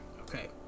Okay